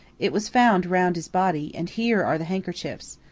it was found round his body, and here are the handkerchiefs.